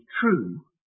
true